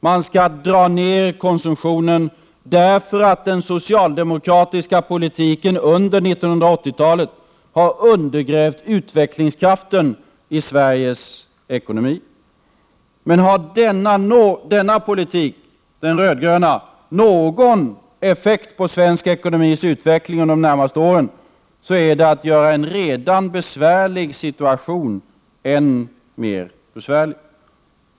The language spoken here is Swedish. Man skall dra ner konsumtionen därför att den socialdemokratiska politiken under 1980-talet har undergrävt utvecklingskraften i Sveriges ekonomi. Men har denna röd-gröna politik någon effekt på svensk ekonomis utveckling under de närmaste åren, så är det att göra en redan besvärlig situation än mer besvärlig.